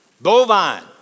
bovine